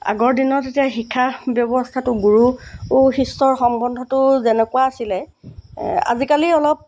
আগৰ দিনত এতিয়া শিক্ষা ব্যৱস্থাটো গুৰু শিষ্যৰ সম্বন্ধটো যেনেকুৱা আছিলে আজিকালি অলপ